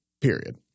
period